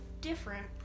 different